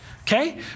Okay